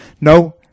No